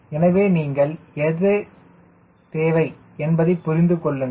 எனவே நீங்கள் என்ன தேவை என்பதைப் புரிந்து கொள்ளுங்கள்